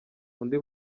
undi